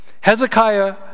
Hezekiah